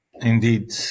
Indeed